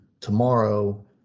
tomorrow